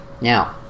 now